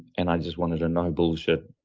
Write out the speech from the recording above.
and i just wanted a no-bullshit